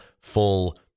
full